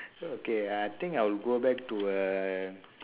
okay I think I will go back to uh